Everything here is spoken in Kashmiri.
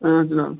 آ جناب